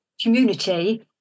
community